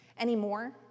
anymore